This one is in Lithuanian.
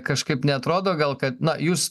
kažkaip neatrodo gal kad na jūs